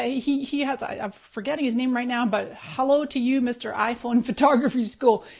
ah he he has, i'm forgetting his name right now but hello to you mr. iphone photography school.